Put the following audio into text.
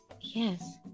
yes